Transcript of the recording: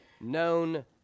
known